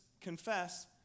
confess